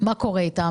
מה קורה איתן?